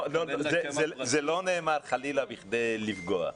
זה לא נאמר חלילה כדי לפגוע.